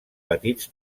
petits